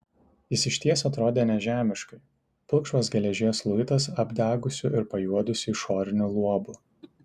jis išties atrodė nežemiškai pilkšvos geležies luitas apdegusiu ir pajuodusiu išoriniu luobu